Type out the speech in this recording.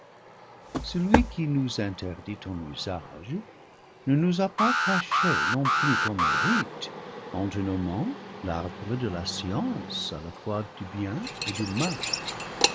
celui qui nous interdit ton usage ne nous a pas caché non plus ton mérite en te nommant l'arbre de la science à la fois du bien et du mal